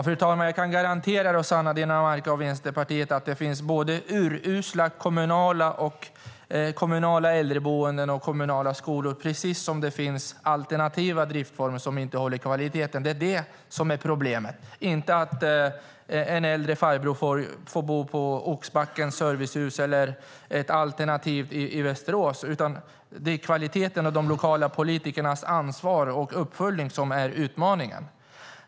Fru talman! Jag kan garantera Rossana Dinamarca och Vänsterpartiet att det finns både urusla kommunala äldreboenden och kommunala skolor, precis som det finns alternativa driftsformer som inte håller kvaliteten. Det är det som är problemet, inte att en äldre farbror får bo på Oxbackens servicehus eller ett annat alternativ i Västerås. Kvaliteten och de lokala politikernas ansvar och uppföljning är utmaningen.